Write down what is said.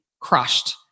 crushed